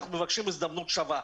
אנחנו מבקשים הזדמנות שווה.